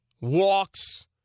walks